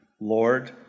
Lord